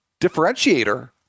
differentiator